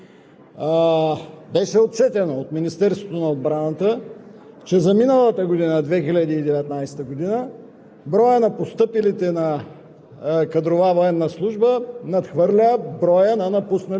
се описва днешното състояние, защото за близо четири години настъпиха сериозни промени във въоръжените ни сили. Беше отчетено от Министерството на отбраната,